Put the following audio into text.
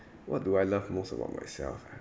what do I love most about myself ah